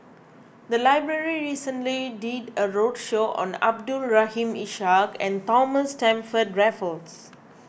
the library recently did a roadshow on Abdul Rahim Ishak and Thomas Stamford Raffles